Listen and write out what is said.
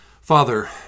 Father